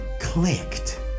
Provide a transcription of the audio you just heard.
clicked